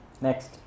Next